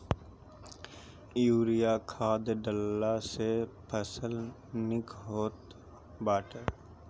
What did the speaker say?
urea खाद डालला से फसल निक होत बाटे